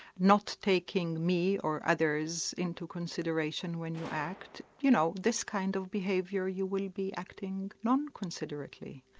not taking me or others into consideration when you act, you know, this kind of behaviour you will be acting non-considerately.